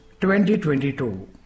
2022